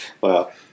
Wow